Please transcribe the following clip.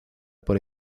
por